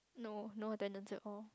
no no attendance at all